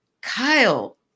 Kyle